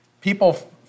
people